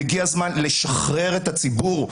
והגיע הזמן לשחרר את הציבור.